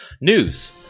News